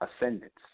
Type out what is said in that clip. ascendants